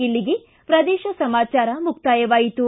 ಇಲ್ಲಿಗೆ ಪ್ರದೇಶ ಸಮಾಚಾರ ಮುಕ್ತಾಯವಾಯಿತು